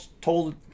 told